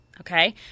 okay